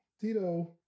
Tito